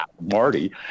Marty